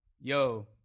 Yo